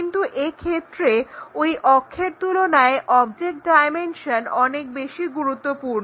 কিন্তু এক্ষেত্রে ওই অক্ষের তুলনায় অবজেক্ট ডায়মেনশন অনেক বেশি গুরুত্বপূর্ণ